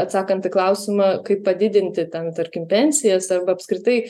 atsakant į klausimą kaip padidinti ten tarkim pensijas arba apskritai